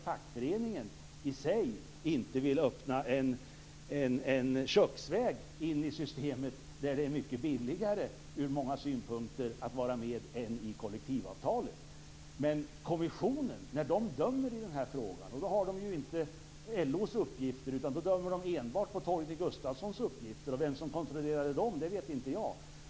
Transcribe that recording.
Fackföreningen vill inte öppna en köksväg in i systemet där det är billigare att vara med än att ansluta sig till kollektivavtalet. När Kommissionen dömer i frågan använder de sig inte av LO:s uppgifter, utan de dömer enbart på Torgny Gustafssons uppgifter. Vem som kontrollerade dem vet inte jag.